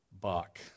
Bach